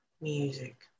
music